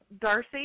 Darcy